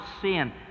sin